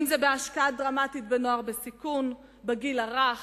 אם זה בהשקעה דרמטית בנוער בסיכון, בגיל הרך